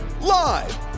Live